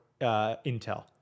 Intel